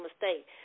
mistake